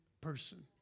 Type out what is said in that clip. person